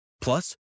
Plus